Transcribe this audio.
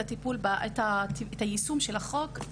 את היישום של החוק.